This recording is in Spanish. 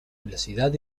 velocidad